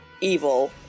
evil